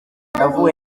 navuwe